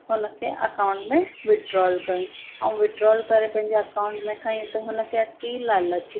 हुन खे अकाउंट में विड्रॉल कई ऐं विड्रॉल करे पंहिंजा अकाउंट में खईं त हुन खे अची लालच